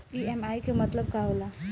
EMI के मतलब का होला?